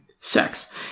sex